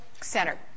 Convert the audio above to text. center